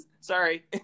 Sorry